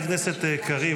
חבר הכנסת קריב,